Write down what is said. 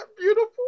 beautiful